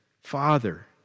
Father